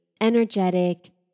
energetic